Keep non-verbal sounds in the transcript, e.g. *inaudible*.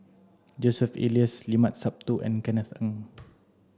Joseph Elias Limat Sabtu and Kenneth Keng *noise*